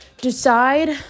decide